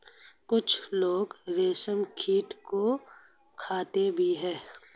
कुछ लोग रेशमकीट को खाते भी हैं